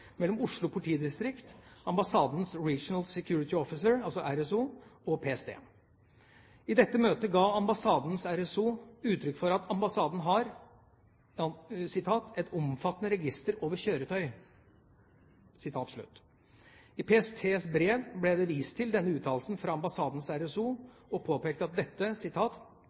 mellom Oslo politidistrikt, ambassadens Regional Security Officer, altså RSO, og PST. I dette møtet ga ambassadens RSO uttrykk for at ambassaden har «et omfattende register over kjøretøy». I PSTs brev ble det vist til denne uttalelsen fra ambassadens RSO, og påpekt at dette